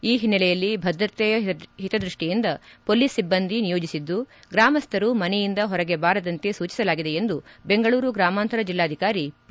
ಈ ಹಿನ್ನೆಲೆಯಲ್ಲಿ ಭದ್ರತೆಯ ಹಿತದ್ಯಹ್ವಿಯಿಂದ ಪೋಲಿಸ್ ಸಿಬ್ಬಂದಿ ನಿಯೋಜಿಸಿದ್ದು ಗ್ರಾಮಸ್ಥರು ಮನೆಯಿಂದ ಹೊರಗೆ ಬರದಂತೆ ಸೂಚಿಸಲಾಗಿದೆ ಎಂದು ಬೆಂಗಳೂರು ಗ್ರಾಮಾಂತರ ಜಿಲ್ಲಾಧಿಕಾರಿ ಪಿ